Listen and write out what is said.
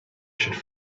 should